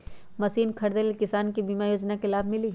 Machine खरीदे ले किसान के बीमा योजना के लाभ मिली?